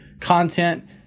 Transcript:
content